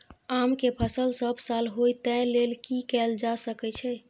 आम के फसल सब साल होय तै लेल की कैल जा सकै छै?